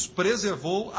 preservou